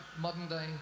modern-day